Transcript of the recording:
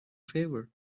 favor